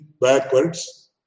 backwards